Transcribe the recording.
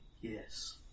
yes